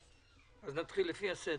אז נתחיל לפי הסדר.